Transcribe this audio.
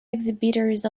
exhibitors